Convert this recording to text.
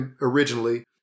originally